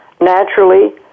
naturally